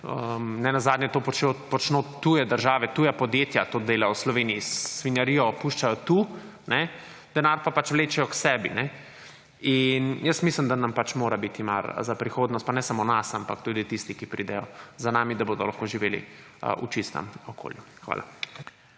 nenazadnje to počno tuje države, tuja podjetja to delajo v Sloveniji, svinjarijo puščajo tu, denar pa pač vlečejo k sebi. Jaz mislim, da nam pač mora biti mar za prihodnost, pa ne samo nas, ampak tudi tistih, ki pridejo za nami, da bodo lahko živeli v čistem okolju. Hvala.